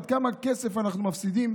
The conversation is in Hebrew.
כמה כסף אנחנו מפסידים